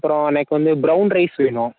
அப்புறோம் எனக்கு வந்து ப்ரவுன் ரைஸ் வேணும்